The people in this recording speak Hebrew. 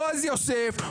בועז יוסף,